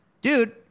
Dude